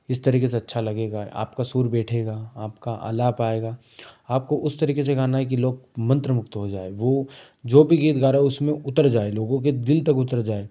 इस तरीके से अच्छा लगेगा आपका सुर बैठेगा आपका आलाप आएगा आपको उस तरीके से गाना है कि लोग मंत्रमुग्ध हो जाएँ वो जो भी गीत गा रहा है उसमें उतर जाए लोगों के दिल तक उतर जाए